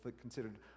considered